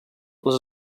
les